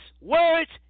words